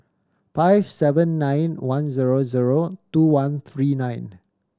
five seven nine one zero zero two one three nine